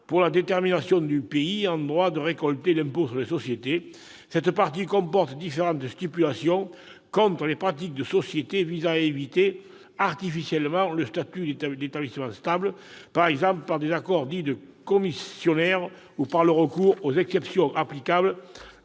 pour la détermination du pays en droit de récolter l'impôt sur les sociétés. Cette partie comporte différentes stipulations contre les pratiques des sociétés visant à éviter artificiellement le statut d'établissement stable, par exemple par des accords dits de commissionnaire, par le recours aux exceptions applicables